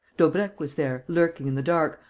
daubrecq was there, lurking in the dark,